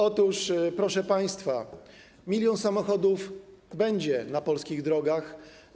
Otóż, proszę państwa, 1 mln samochodów będzie na polskich drogach.